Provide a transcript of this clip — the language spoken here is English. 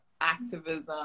activism